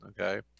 Okay